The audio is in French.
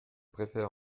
préfère